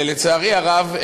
לצערי הרב,